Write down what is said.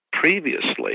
previously